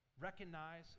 Recognize